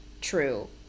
True